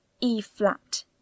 E-flat